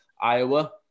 Iowa